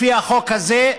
לפי החוק הזה,